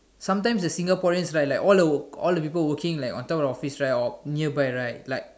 sometimes the Singaporeans right like all all the people working like on top the office right or nearby right like